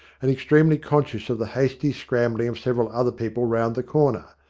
and extremely conscious of the hasty scrambling of several other people round the corner.